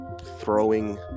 throwing